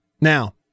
Now